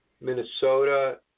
Minnesota